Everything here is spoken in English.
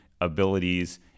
abilities